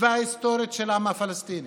וההיסטורית של העם הפלסטיני,